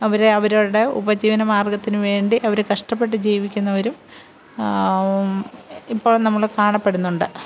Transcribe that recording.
അവരെ അവരുടെ ഉപജീവന മാര്ഗത്തിനു വേണ്ടി അവർ കഷ്ടപ്പെട്ട് ജീവിക്കുന്നവരും ഇപ്പോള് നമ്മൾ കാണപ്പെടുന്നുണ്ട്